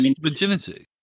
virginity